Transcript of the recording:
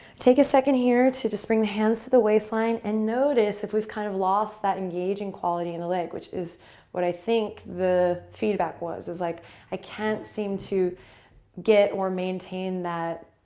take a second here to just bring the hands to the waist line and notice if we've kind of lost that engaging quality in the leg, which is what i think the feedback was. it's like i can't seem to get or maintain that